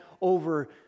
over